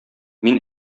мин